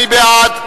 מי בעד?